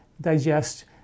digest